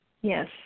Yes